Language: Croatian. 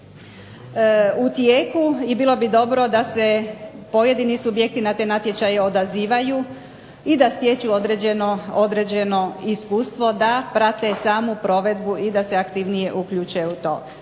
u tijeku i bilo bi dobro da se pojedini subjekti na te natječaje odazivaju i da stječu određeno iskustvo da prate samu provedbu i da se aktivnije uključe u to.